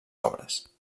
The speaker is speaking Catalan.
obres